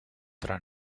tra